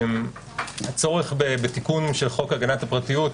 הצורך בתיקון חוק הגנת הפרטיות,